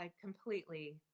completely